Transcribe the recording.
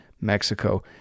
Mexico